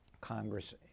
Congress